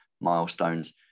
milestones